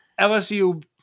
LSU